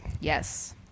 yes